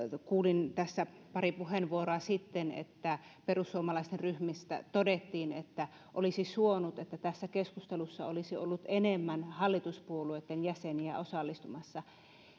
kuulin tässä pari puheenvuoroa sitten että perussuomalaisten ryhmästä todettiin että olisi suonut että tässä keskustelussa olisi ollut enemmän hallituspuolueitten jäseniä osallistumassa